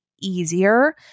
easier